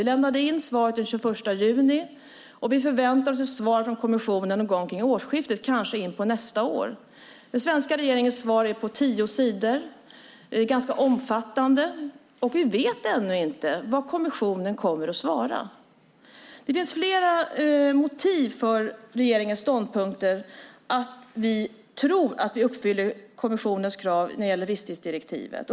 Vi lämnade in svaret den 21 juni, och vi förväntar oss ett svar från kommissionen någon gång kring årsskiftet eller kanske någon gång in på nästa år. Den svenska regeringens svar är på tio sidor. Det är ganska omfattande, och vi vet ännu inte vad kommissionen kommer att svara. Det finns flera motiv för regeringens ståndpunkter om att vi tror att vi uppfyller kommissionens krav när det gäller visstidsdirektivet.